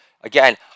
again